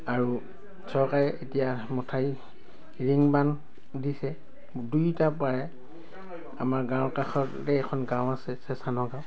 আৰু চৰকাৰে এতিয়া মঠাউৰি দিছে দুইটা পাৰে আমাৰ গাঁও কাষতে এখন গাঁও আছে গাঁও